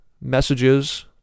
messages